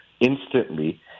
instantly